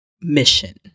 mission